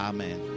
Amen